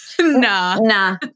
nah